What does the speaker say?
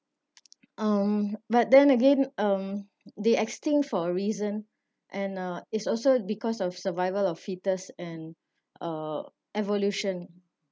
um but then again um they extinct for reason and uh it's also because of survival of fittest and uh evolution